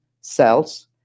cells